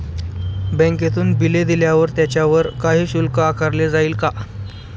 बँकेतून बिले दिल्यावर त्याच्यावर काही शुल्क आकारले जाईल का?